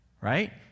Right